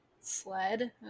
sled